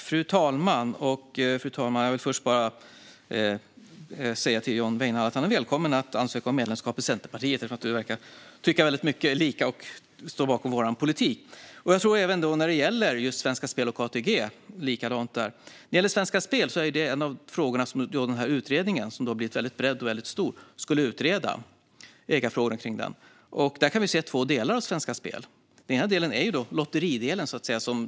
Fru talman! Jag vill först bara säga till John Weinerhall att han är välkommen att ansöka om medlemskap i Centerpartiet. Han verkar ju tycka väldigt lika och stå bakom vår politik, även när det gäller Svenska Spel och ATG. När det gäller Svenska Spel är ägandet en av de frågor som den utredning som blivit väldigt bred och väldigt stor skulle utreda. Svenska Spel har två delar. Den ena delen är lotteridelen.